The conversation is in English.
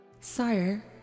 Sire